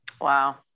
Wow